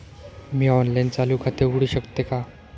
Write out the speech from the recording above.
मी online चालू खाते उघडू शकते का?